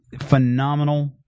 phenomenal